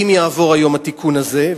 אם יעבור היום התיקון הזה,